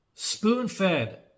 spoon-fed